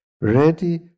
ready